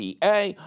PA